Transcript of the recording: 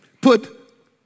put